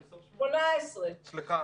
2018. סליחה,